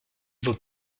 vos